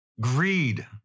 greed